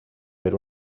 per